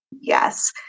yes